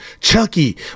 Chucky